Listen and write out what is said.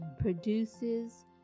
produces